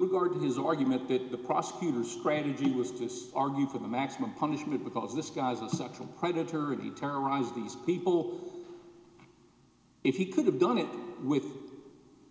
regard to his argument that the prosecutor strategy was just argue for the maximum punishment because this guy's a sexual predator and he terrorized these people if you could have done it with